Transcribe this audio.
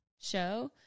show